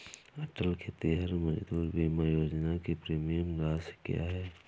अटल खेतिहर मजदूर बीमा योजना की प्रीमियम राशि क्या है?